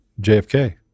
JFK